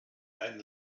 ein